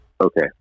Okay